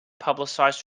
publicized